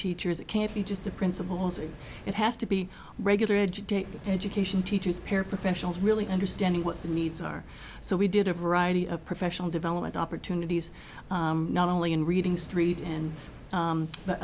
teachers it can't be just the principal it has to be regular educate education teachers paraprofessionals really understanding what the needs are so we did a variety of professional development opportunities not only in reading street and u